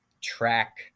track